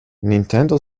nintendo